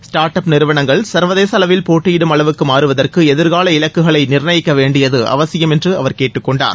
start அப் நிறுவனங்கள் சா்வதேச அளவில் போட்டியிடும் அளவுக்கு மாறுவதற்கு எதிா்கால இலக்குகளை நிர்ணயிக்க வேண்டியது அவசியம் என்று அவர் கேட்டுக் கொண்டார்